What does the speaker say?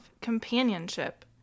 companionship